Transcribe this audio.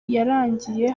yarangiye